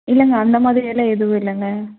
இல்லைங்க அந்த மாதிரியெல்லாம் எதுவும் இல்லைங்க